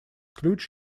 ключ